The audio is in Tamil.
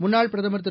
முன்னாள் பிரதமர் திரு